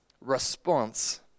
response